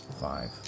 five